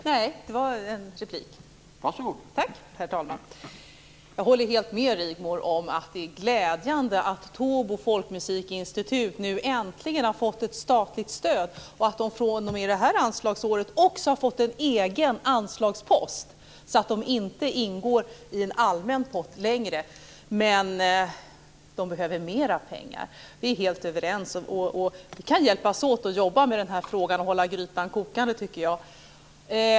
Herr talman! Jag håller helt med Rigmor Stenmark om att det är glädjande att Tobo folkmusikinstitut nu äntligen har fått ett statligt stöd och att man fr.o.m. detta anslagsår också har fått en egen anslagspost, så att man inte ingår i en allmän pott längre. Men man behöver mer pengar. Vi är helt överens. Och vi kan hjälpas åt att jobba med denna fråga och hålla grytan kokande, tycker jag.